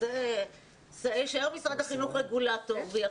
שלו ולפי היכולות שלו ולאן שהוא יכול